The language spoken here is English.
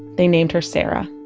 they named her sarah